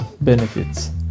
benefits